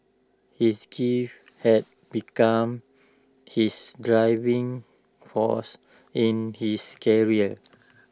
his had begun his driving force in his career